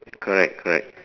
correct correct